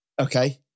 Okay